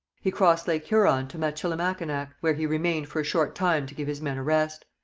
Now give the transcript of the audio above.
he crossed lake huron to michilimackinac, where he remained for a short time to give his men a rest.